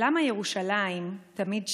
"למה ירושלים תמיד שתיים,